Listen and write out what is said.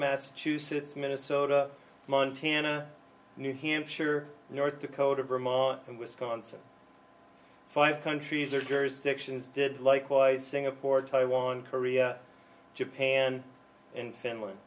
massachusetts minnesota montana new hampshire north dakota vermont and wisconsin five countries are jersey addiction's did likewise singapore taiwan korea japan and f